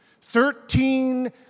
Thirteen